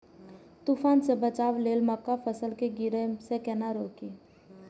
तुफान से बचाव लेल मक्का फसल के गिरे से केना रोकी?